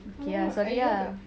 okay ah sorry ah